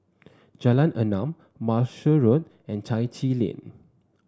Jalan Enam Marshall Road and Chai Chee Lane